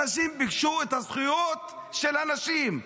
הנשים ביקשו את הזכויות של הנשים.